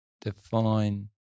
define